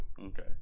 Okay